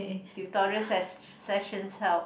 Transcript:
tutorial ses~ sessions help